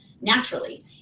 naturally